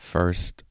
First